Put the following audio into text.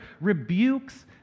rebukes